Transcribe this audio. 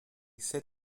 sit